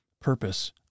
purpose